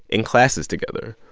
in classes together,